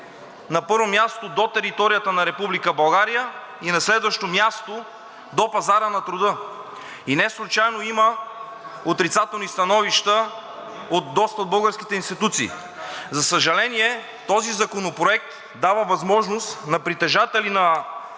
на първо място, до територията на Република България и на следващо място, до пазара на труда, и неслучайно има отрицателни становища от доста от българските институции. За съжаление, този законопроект дава възможност на притежатели на